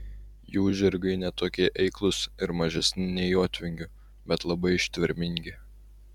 jų žirgai ne tokie eiklūs ir mažesni nei jotvingių bet labai ištvermingi